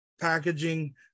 packaging